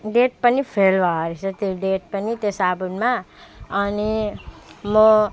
date पनि fail भए रहेछ त्यो डेट पनि त्यो साबुनमा अनि म